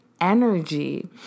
energy